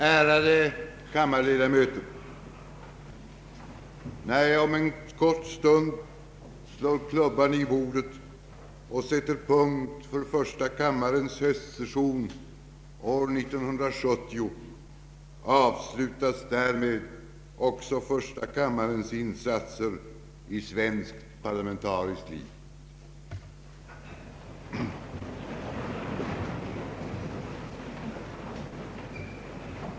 Ärade kammarledamöter! När jag om en kort stund slår klubban i bordet och sätter punkt för första kammarens höstsession år 1970 avslutas därmed också första kammarens insatser i svenskt parlamentariskt liv.